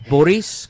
Boris